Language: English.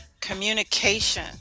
communication